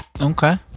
Okay